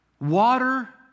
Water